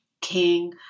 king